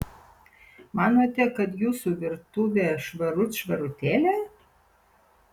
manote kad jūsų virtuvė švarut švarutėlė